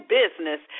business